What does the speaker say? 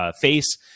face